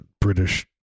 british